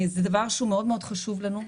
זה דבר שהוא מאוד חשוב לנו,